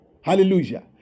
hallelujah